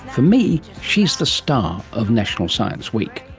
for me, she is the star of national science week.